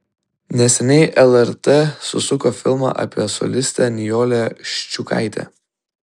neseniai lrt susuko filmą apie solistę nijolę ščiukaitę